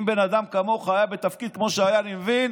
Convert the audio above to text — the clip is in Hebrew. אם בן אדם כמוך היה בתפקיד כמו שאני מבין,